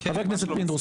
חבר הכנסת פינדרוס,